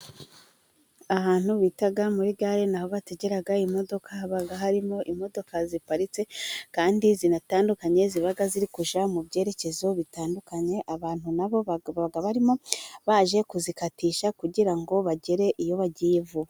Ahantu bita muri gare ni aho bategera imodoka. Haba harimo imodoka ziparitse kandi zinatandukanye, ziba ziri kujya mu byerekezo bitandukanye. Abantu na bo baba barimo baje kuzikatisha kugira ngo bagere iyo bagiye vuba.